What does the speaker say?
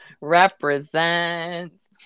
Represents